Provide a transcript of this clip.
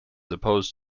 opposed